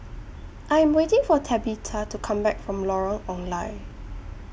I Am waiting For Tabitha to Come Back from Lorong Ong Lye